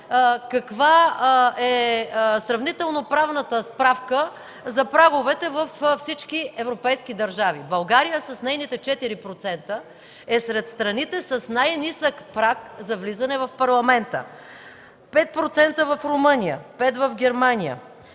каква е сравнително-правната справка за праговете във всички европейски държави. България с нейните 4% е сред страните с най-нисък праг за влизане в Парламента. Пет процента – в Румъния, пет в Германия,